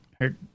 hurt